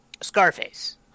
Scarface